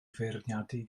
feirniadu